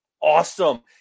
awesome